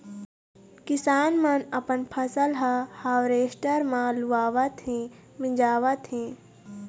किसान मन अपन फसल ह हावरेस्टर म लुवावत हे, मिंजावत हे